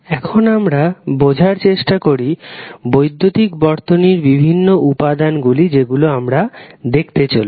এখন আমরা বোঝার চেষ্টা করি বৈদ্যুতিক বর্তনীর বিভিন্ন উপাদান গুলি যেগুলি আমরা দেখতে চলেছি